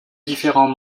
différents